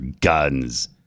guns